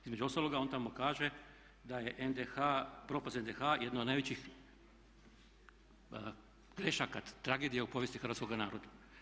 Između ostaloga on tamo kaže da je propast NDH jedna od najvećih grešaka, tragedija u povijesti hrvatskog naroda.